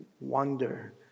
wonder